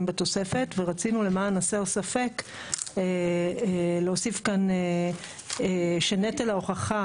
בתוספת ורצינו למען הסר ספק להוסיף כאן שנטל ההוכחה